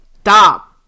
stop